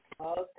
Okay